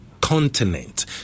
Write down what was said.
continent